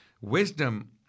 Wisdom